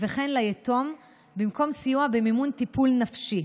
וכן ליתום במקום סיוע במימון טיפול נפשי.